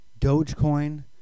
Dogecoin